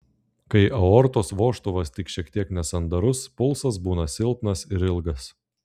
kai aortos vožtuvas tik šiek tiek nesandarus pulsas būna silpnas ir ilgas